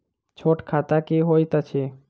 छोट खाता की होइत अछि